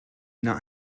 not